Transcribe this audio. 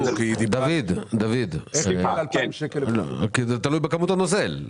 זה תלוי בכמות הנוזל.